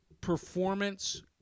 performance